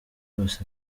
yose